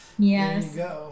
Yes